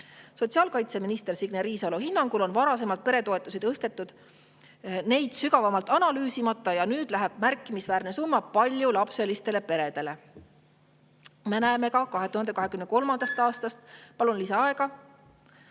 Sotsiaalkaitseminister Signe Riisalo hinnangul on varasemalt peretoetusi tõstetud neid sügavamalt analüüsimata ja nüüd läheb märkimisväärne summa paljulapselistele peredele. Me näeme ka, et 2023. aastal … Palun lisaaega.